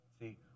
See